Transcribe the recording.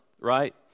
right